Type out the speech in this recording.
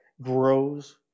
grows